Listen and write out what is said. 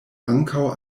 ankaŭ